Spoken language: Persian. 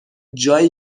جایی